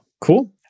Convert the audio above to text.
Cool